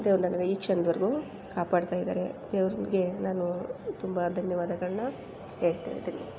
ದೇವ್ರು ನನ್ನನ್ನು ಈ ಕ್ಷಣದ್ವರೆಗೂ ಕಾಪಾಡ್ತಾಯಿದ್ದಾರೆ ದೇವ್ರಿಗೆ ನಾನು ತುಂಬ ಧನ್ಯವಾದಗಳನ್ನ ಹೇಳ್ತಾಯಿದ್ದೀನಿ